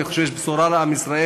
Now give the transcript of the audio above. אני חושב שיש פה בשורה לעם ישראל,